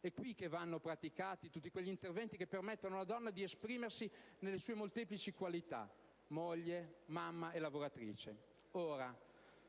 È qui che vanno praticati tutti quegli interventi che permettono ad una donna di esprimersi nelle sue molteplici qualità: moglie, mamma e lavoratrice.